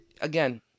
again